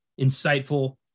insightful